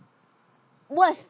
worse